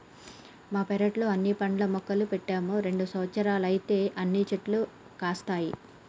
మా పెరట్లో అన్ని పండ్ల మొక్కలు పెట్టాము రెండు సంవత్సరాలైతే అన్ని చెట్లు కాస్తాయి